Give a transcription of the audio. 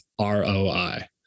ROI